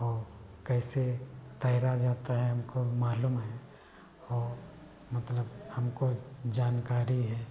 और कैसे तैरा जाता है हमको मालूम है और मतलब हमको जानकारी है